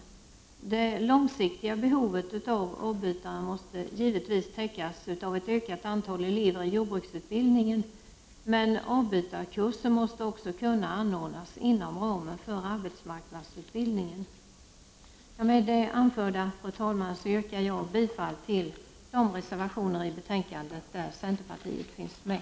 Behovet av avbytare på lång sikt måste givetvis täckas av ett ökat antal elever i jordbruksutbildningen, men avbytarkurser måste också kunna anordnas inom ramen för arbetsmarknadsutbildningen. Fru talman! Med det anförda yrkar jag bifall till de reservationer i betänkandet där centerpartiet finns med.